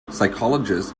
psychologist